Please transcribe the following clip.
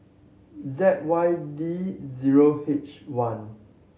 Z Y D zero H one